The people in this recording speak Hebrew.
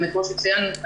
כמו שצוין כאן,